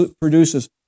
produces